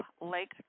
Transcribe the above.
Lake